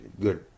good